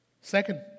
Second